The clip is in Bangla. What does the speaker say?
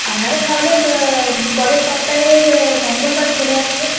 আপনারা তাহলে পা পরের সপ্তাহের মঙ্গলবার চলে আসবেন